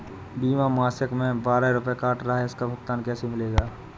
बीमा मासिक में बारह रुपय काट रहा है इसका भुगतान कैसे मिलेगा?